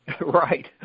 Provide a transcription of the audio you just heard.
Right